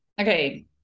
Okay